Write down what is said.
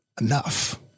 enough